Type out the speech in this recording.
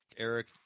Eric